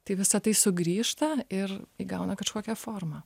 tai visa tai sugrįžta ir įgauna kažkokią formą